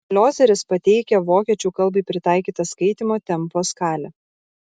liozeris pateikia vokiečių kalbai pritaikytą skaitymo tempo skalę